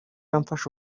amfashe